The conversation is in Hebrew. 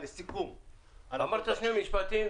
אמרת שני משפטים.